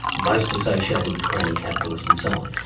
most associated with crony capitalists, and so on.